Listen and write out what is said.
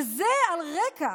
וזה על רקע